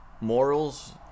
morals